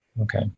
Okay